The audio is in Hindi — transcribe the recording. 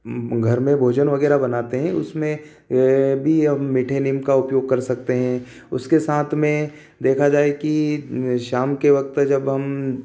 घर में भोजन वगैरह बनाते हैं उसमें भी हम मीठे नीम का उपयोग कर सकते हैं उसके साथ में देखा जाए कि शाम के वक्त जब हम